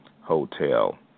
hotel